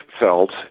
felt